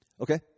Okay